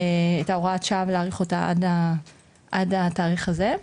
את הוראת השעה ולהאריך אותה עד התאריך הזה,